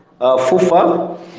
FUFA